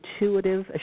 intuitive